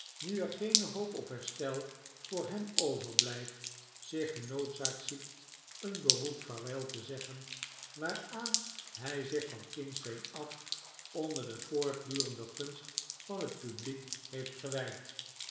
nu er geene hoop op herstel voor hem overblijft zich genoodzaakt ziet een beroep vaarwel te zeggen waaraan hij zich van kindsbeen af onder de voortdurende gunst van het publiek heeft gewijd